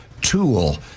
tool